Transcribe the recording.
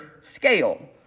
scale